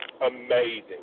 amazing